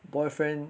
boyfriend